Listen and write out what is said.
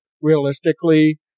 realistically